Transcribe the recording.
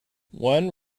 one